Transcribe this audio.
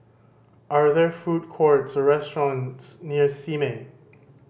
are there food courts or restaurants near Simei